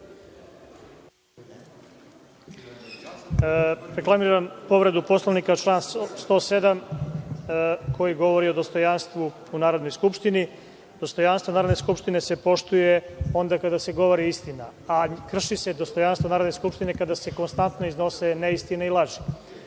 Reklamiram povredu Poslovnika, član 107. koji govori o dostojanstvu u Narodnoj skupštini. Dostojanstvo Narodne skupštine se poštuje onda kada se govori istina, a krši se dostojanstvo Narodne skupštine kada se konstantno iznose neistine i laži. Jedan